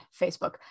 Facebook